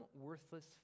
worthless